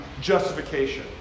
justification